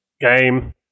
Game